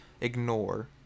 ignore